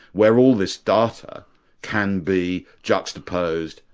where all this data can be juxtaposed,